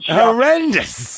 horrendous